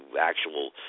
actual